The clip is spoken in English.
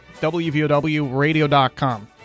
wvowradio.com